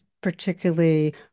particularly